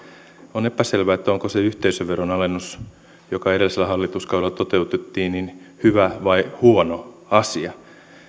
on epäselvää onko se yhteisöveron alennus joka edellisellä hallituskaudella toteutettiin hyvä vai huono asia